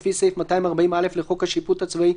לפי סעיף 240(א) לחוק השיפוט הצבאי,